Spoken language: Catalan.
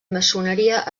maçoneria